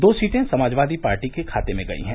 दो सीटें समाजवादी पार्टी के खाते में गयी हैं